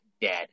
dead